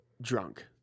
drunk